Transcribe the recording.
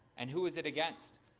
and who is it against?